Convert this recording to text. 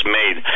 made